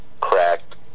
Cracked